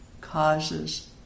causes